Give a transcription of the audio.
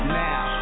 now